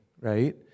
right